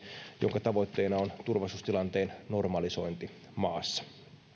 jonka tavoitteena on turvallisuustilanteen normalisointi maassa